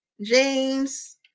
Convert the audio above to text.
james